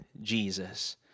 Jesus